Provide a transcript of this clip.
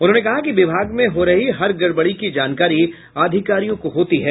उन्होंने कहा कि विभाग में हो रही हर गड़बड़ी की जानकारी अधिकारियों को होती है